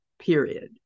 period